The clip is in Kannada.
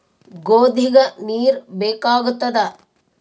ಗೋಧಿಗ ನೀರ್ ಬೇಕಾಗತದ?